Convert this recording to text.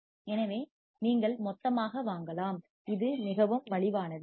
எனவே நீங்கள் மொத்தமாக வாங்கலாம் இது மிகவும் மலிவானது